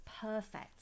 perfect